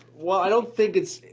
well, i don't think it's,